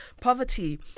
poverty